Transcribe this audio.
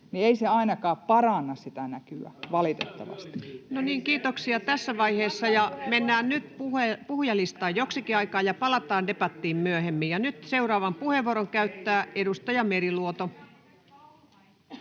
lain 7 a §:n muuttamisesta Time: 15:20 Content: No niin, kiitoksia tässä vaiheessa. Mennään nyt puhujalistaan joksikin aikaa ja palataan debattiin myöhemmin. — Nyt seuraavan puheenvuoron käyttää edustaja Meriluoto.